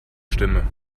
stimme